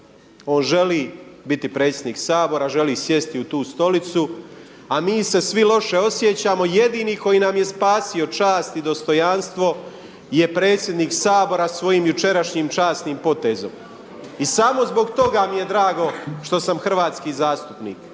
On želi biti predsjednik Sabora, želi sjesti u tu stolicu, a mi se svi loše osjećamo. Jedini koji nam je spasio čast i dostojanstvo je predsjednik Sabora svojim jučerašnjim časnim potezom. I samo zbog toga mi je drago što sam hrvatski zastupnik,